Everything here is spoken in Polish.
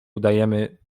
udajemy